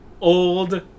old